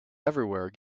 everywhere